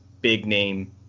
big-name